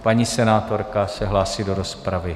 Paní senátorka se hlásí do rozpravy.